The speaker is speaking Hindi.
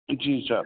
जी सर